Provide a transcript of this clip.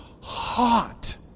hot